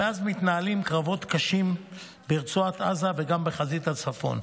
מאז מתנהלים קרבות קשים ברצועת עזה וגם בחזית בצפון.